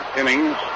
innings